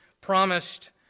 promised